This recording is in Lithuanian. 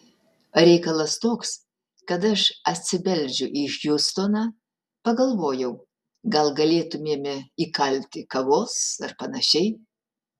reikalas toks kad aš atsibeldžiu į hjustoną pagalvojau gal galėtumėme įkalti kavos ar panašiai